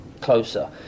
closer